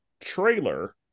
trailer